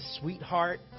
sweetheart